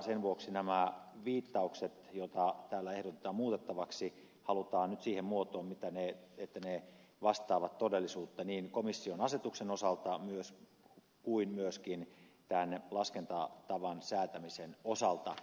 sen vuoksi nämä viittaukset joita täällä ehdotetaan muutettavaksi halutaan nyt siihen muotoon että ne vastaavat todellisuutta niin komission asetuksen osalta kuin myöskin tämän laskentatavan säätämisen osalta